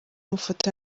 amafoto